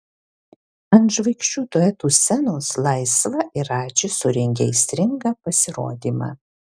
ant žvaigždžių duetų scenos laisva ir radži surengė aistringą pasirodymą